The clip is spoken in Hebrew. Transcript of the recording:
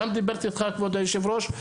גם דיברתי איתך כבוד היושב-ראש,